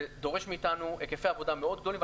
זה דורש מאיתנו היקפי עבודה מאוד גדולים,